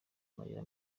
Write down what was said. amarira